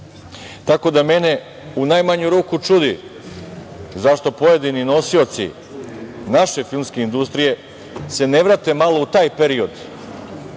da mene u najmanju ruku čudi, zašto pojedini nosioci naše filmske industrije se ne vrate malo u taj period